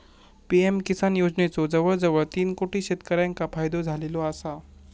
PM Kisan योजनेचो जवळजवळ तीन कोटी शेतकऱ्यांका फायदो झालेलो आसा